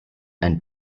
ein